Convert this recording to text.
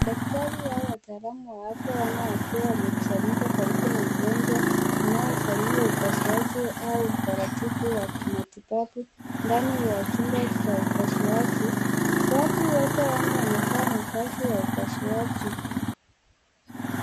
Daktari au wataalamu wa afya wanne wakiwa wamekusanyika karibu na mgonjwa, anaye afanyiwa upasuaji au utaratibu wa kimatibabu ndani ya chumba cha upasuaji. Watu wote wanne wamevaa mavazi ya upasuaji.